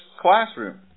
classroom